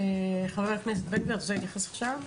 חבר הכנסת בן גביר, אתה רוצה להתייחס עכשיו?